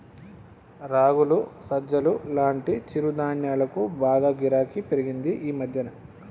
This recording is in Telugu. రాగులు, సజ్జలు లాంటి చిరుధాన్యాలకు బాగా గిరాకీ పెరిగింది ఈ మధ్యన